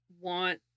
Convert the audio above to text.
want